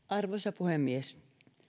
arvoisa puhemies edustajien